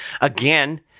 again